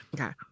Okay